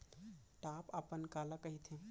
Top अपन काला कहिथे?